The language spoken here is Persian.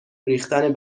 ریختن